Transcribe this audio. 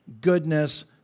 goodness